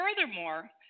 Furthermore